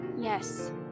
Yes